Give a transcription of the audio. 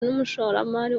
n’umushoramari